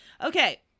Okay